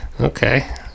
Okay